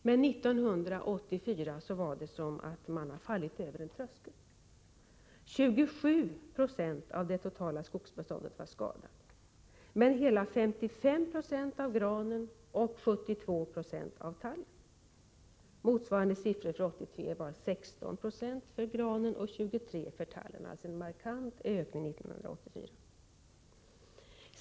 År 1984 verkar det som om man hade passerat en tröskel: 27 96 av det totala skogsbeståndet var skadat, och det var skador till hela 55 26 på gran och 72 96 på tall. Motsvarande siffror för 1983 var 16 96 för gran och 23 96 för tall — alltså en markant ökning till 1984.